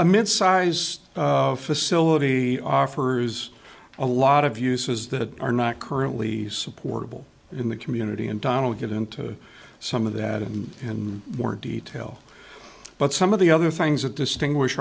a mid sized facility offers a lot of uses that are not currently supportable in the community and donald get into some of that and in more detail but some of the other things that distinguish